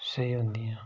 स्हेई होन्दियां